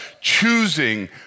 choosing